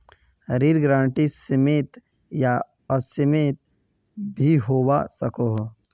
ऋण गारंटी सीमित या असीमित भी होवा सकोह